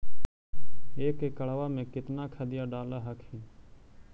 एक एकड़बा मे कितना खदिया डाल हखिन?